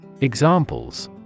Examples